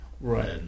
right